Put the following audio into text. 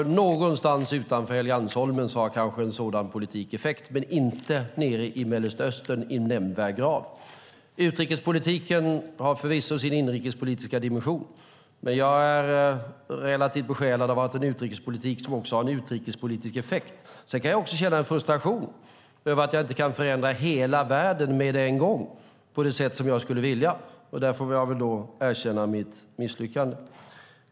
Någonstans utanför Helgeandsholmen har kanske en sådan politik effekt, men inte nere i Mellanöstern i nämnvärd grad. Utrikespolitiken har förvisso sin inrikespolitiska dimension, men jag är relativt besjälad av att ha en utrikespolitik som också har en utrikespolitisk effekt. Sedan kan jag också känna en frustration över att jag inte kan förändra hela världen med en gång på det sätt som jag skulle vilja. Där får jag väl då erkänna mitt misslyckande.